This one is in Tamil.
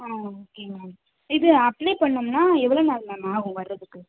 ஆ ஓகே மேம் இது அப்ளை பண்ணோம்னா எவ்ள நாள் மேம் ஆகும் வர்றதுக்கு